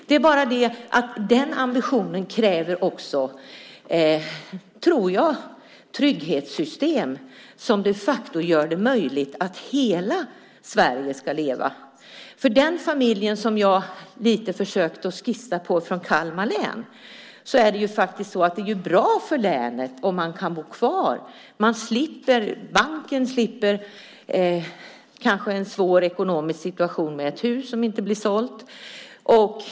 Det är bara det att den ambitionen också kräver, tror jag, trygghetssystem som de facto gör det möjligt för hela Sverige att leva. När det gäller den familj i Kalmar län som jag lite grann försökt att skissa kring är det faktiskt bra för länet om de kan bo kvar. Banken slipper kanske en svår ekonomisk situation med ett hus som inte blir sålt.